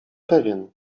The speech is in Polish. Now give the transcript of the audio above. pewien